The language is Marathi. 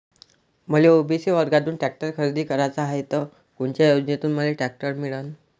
मले ओ.बी.सी वर्गातून टॅक्टर खरेदी कराचा हाये त कोनच्या योजनेतून मले टॅक्टर मिळन?